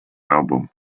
album